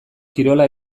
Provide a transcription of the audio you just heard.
kirola